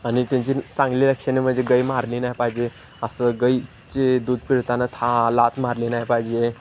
आणि त्यांची चांगली लक्षणे म्हणजे गाय मारली नाही पाहिजे असं गाईचे दूध पिळताना था लाथ मारली नाही पाहिजे